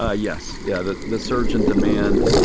ah yes. yeah the the surge in demand.